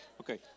okay